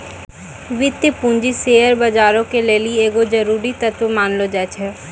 वित्तीय पूंजी शेयर बजारो के लेली एगो जरुरी तत्व मानलो जाय छै